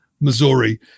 Missouri